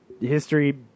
history